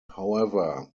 however